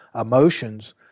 emotions